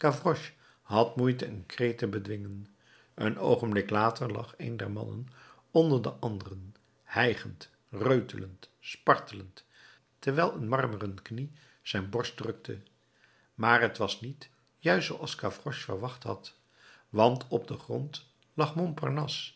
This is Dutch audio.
had moeite een kreet te bedwingen een oogenblik later lag een der mannen onder den anderen hijgend reutelend spartelend terwijl een marmeren knie zijn borst drukte maar t was niet juist zooals gavroche verwacht had want op den grond lag